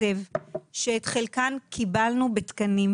שאת חלקן קיבלנו בתקנים.